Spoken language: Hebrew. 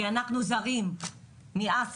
כי אנחנו זרים מאסיה.